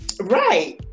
Right